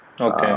Okay